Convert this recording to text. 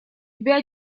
тебя